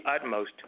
utmost